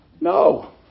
No